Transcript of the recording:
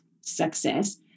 success